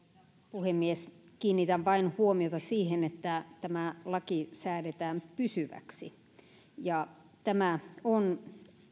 puhemies kiinnitän huomiota vain siihen että tämä laki säädetään pysyväksi tämä on